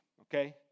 okay